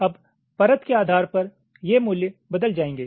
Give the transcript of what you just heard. अब परत के आधार पर ये मूल्य बदल जाएंगे